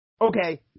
Okay